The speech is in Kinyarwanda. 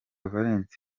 valens